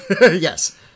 yes